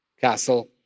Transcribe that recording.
castle